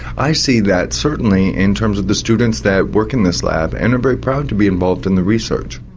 i see that certainly in terms of the students that work in this lab and are very proud to be involved in the research.